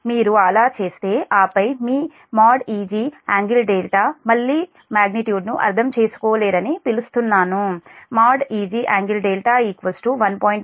మీరు అలా చేస్తే ఆపై మీ |Eg|∟δ మళ్లీ మళ్లీ మాగ్నిట్యూడ్ను అర్థం చేసుకోలేరని పిలుస్తున్నాను | Eg |∟δ 1